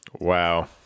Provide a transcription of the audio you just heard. wow